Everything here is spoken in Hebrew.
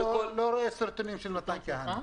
אני לא רואה סרטונים של מתן כהנא.